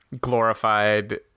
glorified